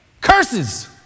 curses